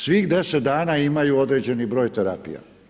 Svih 10 dana imaju određeni broj terapija.